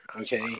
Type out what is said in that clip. Okay